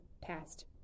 passed